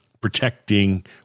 protecting